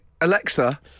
Alexa